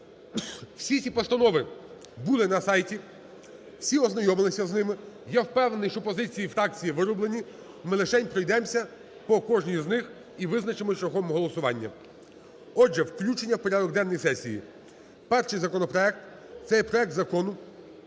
Всі ці постанови були на сайті, всі ознайомилися з ними. Я впевнений, що позиції фракцій вироблені, ми лишень пройдемося про кожній з них і визначимося шляхом голосування. Отже, включення в порядок денний сесії. Перший законопроект – це проект Закону